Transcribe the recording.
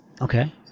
Okay